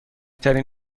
ترین